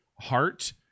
heart